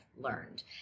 learned